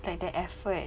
like the effort